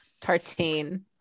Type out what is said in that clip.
tartine